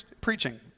preaching